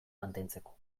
mantentzeko